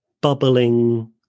bubbling